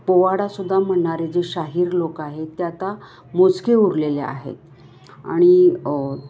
पोवाडासुद्धा म्हणणारे जे शाहीर लोक आहेत ते आता मोजके उरलेले आहेत आणि